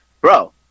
bro